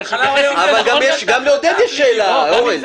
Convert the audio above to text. גם לעודד יש שאלה, אורן.